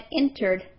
entered